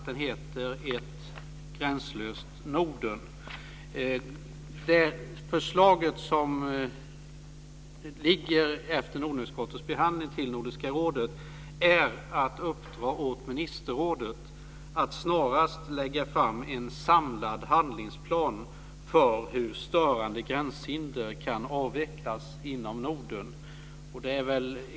Den heter Ett gränslöst Förslaget, som efter Nordenutskottets behandling ligger hos Nordiska rådet, är att uppdra åt ministerrådet att snarast lägga fram en samlad handlingsplan för hur störande gränshinder kan avvecklas inom Norden.